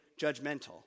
judgmental